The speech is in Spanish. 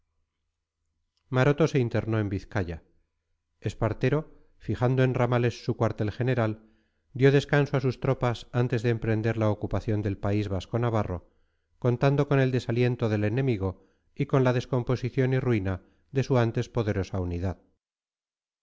maroto se internó en vizcaya espartero fijando en ramales su cuartel general dio descanso a sus tropas antes de emprender la ocupación del país vasco navarro contando con el desaliento del enemigo y con la descomposición y ruina de su antes poderosa unidad